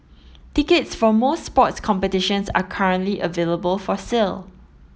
tickets for most sports competitions are currently available for sale